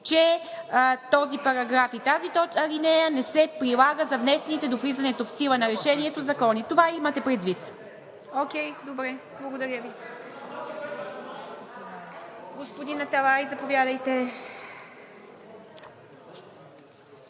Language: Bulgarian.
че „този параграф и тази алинея не се прилагат за внесените до влизането в сила на решението“. Това имате предвид? Окей, добре, благодаря Ви. Господин Аталай, заповядайте.